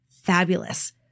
fabulous